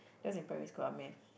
that was in primary school ah math